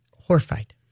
horrified